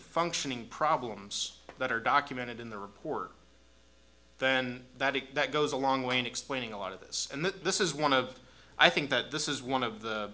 functioning problems that are documented in the report then that that goes a long way in explaining a lot of this and that this is one of i think that this is one of the